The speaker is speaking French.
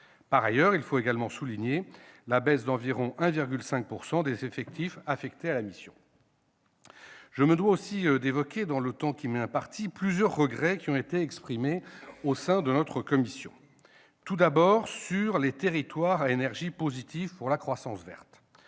Par ailleurs, il faut également souligner la baisse d'environ 1,5 % des effectifs affectés à la mission. Je me dois aussi d'évoquer dans le temps qui m'est imparti plusieurs regrets exprimés au sein de la commission. Je commencerai par les territoires à énergie positive pour la croissance verte.